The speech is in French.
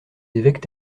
évêques